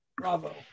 bravo